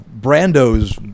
Brando's